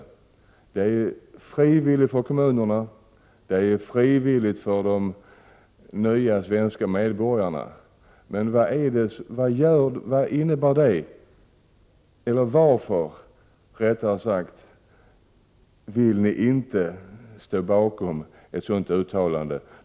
Det är frivilligt för kommunerna, och det är frivilligt för de nya svenska medborgarna. Varför vill ni inte stå bakom ett sådant uttalande?